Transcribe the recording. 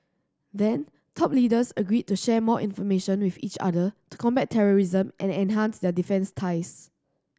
then top leaders agreed to share more information with each other to combat terrorism and enhance their defence ties